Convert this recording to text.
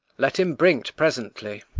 let him bring t presently.